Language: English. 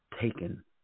taken